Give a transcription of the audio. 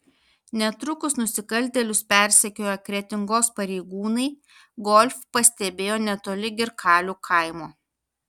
netrukus nusikaltėlius persekioję kretingos pareigūnai golf pastebėjo netoli girkalių kaimo